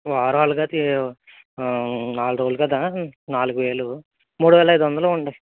వారం అలాగైతే నాలుగు రోజులు కదా నాలుగు వేలు మూడు వేల ఐదు వందలు ఇవ్వండి